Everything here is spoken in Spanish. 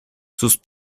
sus